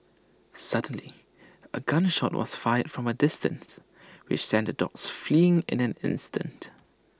suddenly A gun shot was fired from A distance which sent the dogs fleeing in an instant